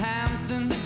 Hampton